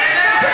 ובכלל,